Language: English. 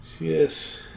Yes